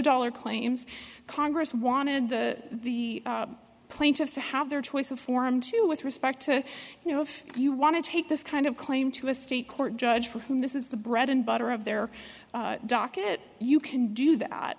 dollar claims congress wanted the plaintiffs to have their choice of forum to with respect to you know if you want to take this kind of claim to a state court judge for whom this is the bread and butter of their docket you can do that